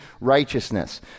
righteousness